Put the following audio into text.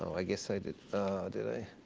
i guess i did did i?